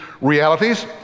realities